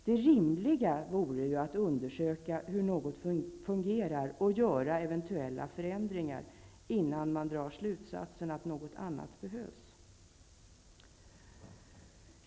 Det rimliga vore att undersöka hur något fungerar och göra eventuella förändringar innan man drar slutsatsen att något annat behövs.